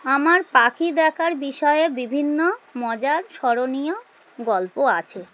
আমার পাখি দেখার বিষয়ে বিভিন্ন মজার স্মরণীয় গল্প আছে